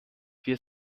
wir